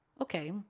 okay